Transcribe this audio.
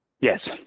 Yes